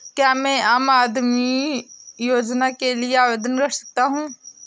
क्या मैं आम आदमी योजना के लिए आवेदन कर सकता हूँ?